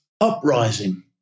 uprising